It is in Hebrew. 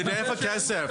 אני יודע איפה הכסף.